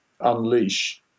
unleash